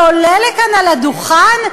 שעולה כאן על הדוכן,